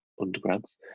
undergrads